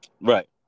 Right